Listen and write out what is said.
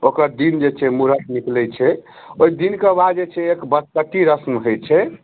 ओकर दिन जे छै मुहूरत निकलै छै ओहि दिनके बाद जे छै एक बस्कट्टी रस्म होइ छै